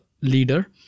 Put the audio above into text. leader